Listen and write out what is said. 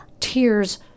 Tears